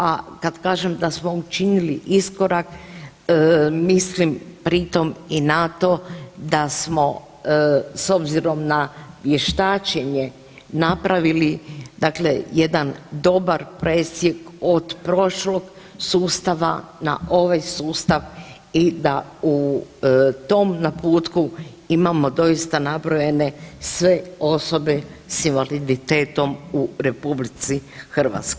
A kad kažem da smo učinili iskorak mislim pritom i na to da smo s obzirom na vještačenje napravili dakle jedan dobar presjek od prošlog sustava na ovaj sustav i da u tom naputku imamo doista nabrojane sve osobe s invaliditetom u RH.